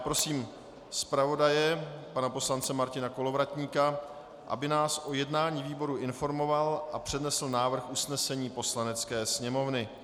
Prosím zpravodaje pana poslance Martina Kolovratníka, aby nás o jednání výboru informoval a přednesl návrh usnesení Poslanecké sněmovny.